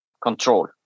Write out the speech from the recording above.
control